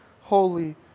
holy